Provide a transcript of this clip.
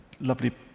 lovely